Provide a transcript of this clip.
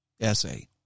essay